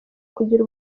kugira